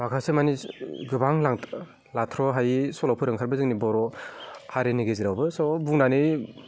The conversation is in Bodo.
माखासे माने गोबां लाथ्र'हायै सल'फोर ओंखारबाय जोंनि बर'आव हारिनि गेजेरावबो स' बुंनानै